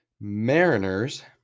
Mariners